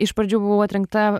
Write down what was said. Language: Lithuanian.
iš pradžių buvau atrinkta